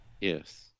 Yes